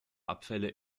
abfälle